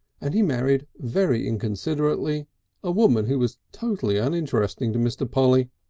and he married very inconsiderately a woman who was totally uninteresting to mr. polly.